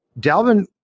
Dalvin